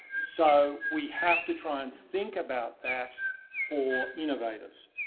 so we have to try and think about that for innovators.